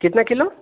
کتنا کلو